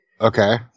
Okay